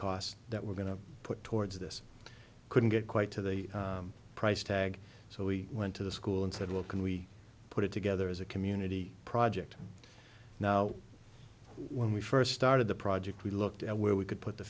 costs that we're going to put towards this couldn't get quite to the price tag so we went to the school and said well can we put it together as a community project now when we first started the project we looked at where we could put the